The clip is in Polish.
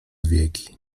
wieki